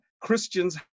Christians